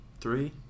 Three